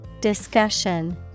Discussion